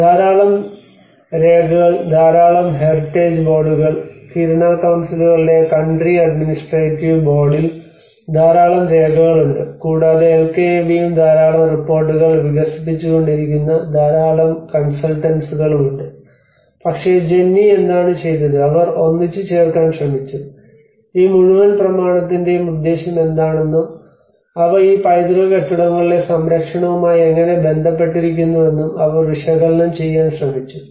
ധാരാളം രേഖകൾ ധാരാളം ഹെറിറ്റേജ് ബോർഡുകൾ കിരുണ കൌൺസിലുകളുടെ കൺട്രി അഡ്മിനിസ്ട്രേറ്റീവ് ബോർഡിൽ ധാരാളം രേഖകൾ ഉണ്ട് കൂടാതെ എൽകെഎബിയും ധാരാളം റിപ്പോർട്ടുകൾ വികസിപ്പിച്ചുകൊണ്ടിരിക്കുന്ന ധാരാളം കൺസൾട്ടൻസുകളും ഉണ്ട് പക്ഷേ ജെന്നി എന്താണ് ചെയ്തത് അവർ ഒന്നിച്ചുചേർക്കാൻ ശ്രമിച്ചു ഈ മുഴുവൻ പ്രമാണത്തിന്റെയും ഉദ്ദേശ്യമെന്താണെന്നും അവ ഈ പൈതൃക കെട്ടിടങ്ങളുടെ സംരക്ഷണവുമായി എങ്ങനെ ബന്ധപ്പെട്ടിരിക്കുന്നുവെന്നും അവൾ വിശകലനം ചെയ്യാൻ ശ്രമിച്ചു